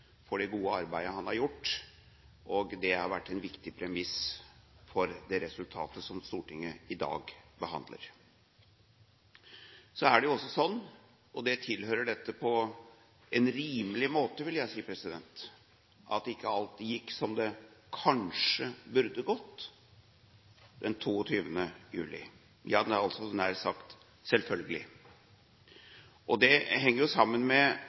for det gode arbeidet han har gjort. Det har vært en viktig premiss for det resultatet som Stortinget i dag behandler. Så er det også sånn, og det tilhører dette på en rimelig måte, vil jeg si, at ikke alt gikk som det kanskje burde ha gått den 22. juli – nær sagt – selvfølgelig. Det henger sammen med